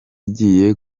igiye